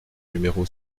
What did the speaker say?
numéro